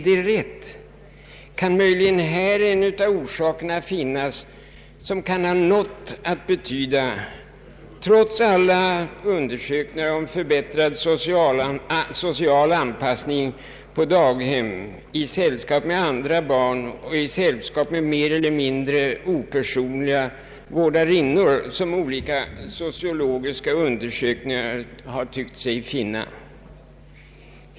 Kan man möjligen här finna en av orsakerna till de bekymmer vi har med våra ungdomar, trots alla undersökningar som gjorts om bättre social anpassning på daghem där barnen är i sällskap med jämnåriga men också med mer eller mindre opersonliga vårdarinnor, så som man vid olika sociologiska undersökningar har tyckt sig finna?